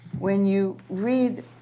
when you read